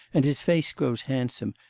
and his face grows handsome,